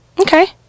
Okay